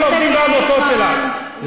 גם לא מפריע לכל העובדים בעמותות שלך.